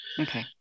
okay